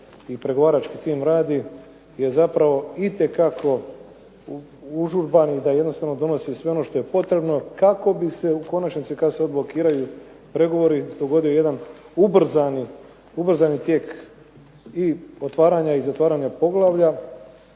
pregovarački tim radi je zapravo itekako užurban i da jednostavno donosi sve ono što je potrebno kako bi se u konačnici kad se odblokiraju pregovori dogodio jedan ubrzani tijek i otvaranja i zatvaranja poglavlja.